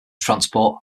transport